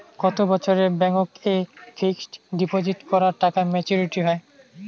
কত বছরে ব্যাংক এ ফিক্সড ডিপোজিট করা টাকা মেচুউরিটি হয়?